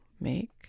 make